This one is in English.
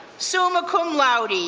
summa cum laude, yeah